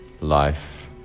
Life